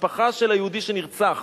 המשפחה של היהודי שנרצח